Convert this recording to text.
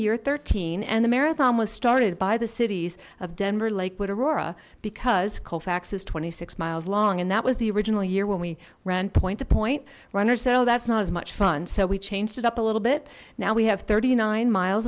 year thirteen and the marathon was started by the cities of denver lakewood aurora because colfax is twenty six miles long and that was the original year when we ran point to point runners said oh that's not as much fun so we changed it up a little bit now we have thirty nine miles